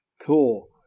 Cool